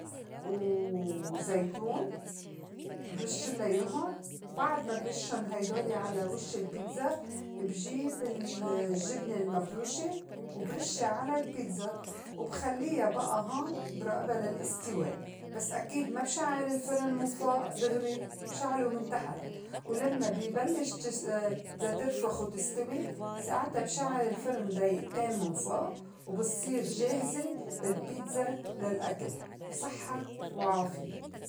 و زيتون برِشلّا ياهُن وبعد ما برشُّن هيدولي على وش البيتزا بجيب ال- الجِّبنة المبروشة وبرشّا على البيتزا وبخلّيا بئى هون برائِبا للإستواء بس أكيد ما بشعّل الفُرُن من فوء دِغري بشغلو من تحت ولمّا بي بلّش بدّا ترفُخ وتستوي ساعتا بشعّل الفِرِن دئيئتين من فوء وبتصير جاهزة البيتزا للأكل و صحّة وعافية.